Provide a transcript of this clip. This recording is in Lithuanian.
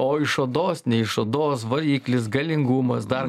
o iš odos ne iš odos variklis galingumas dar